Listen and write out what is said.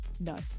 No